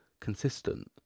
consistent